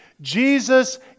Jesus